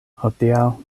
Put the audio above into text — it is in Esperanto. hodiaŭ